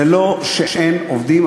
זה לא שאין עובדים,